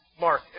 Mark